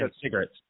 cigarettes